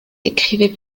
écrivit